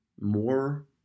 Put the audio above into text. more